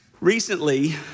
Recently